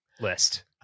list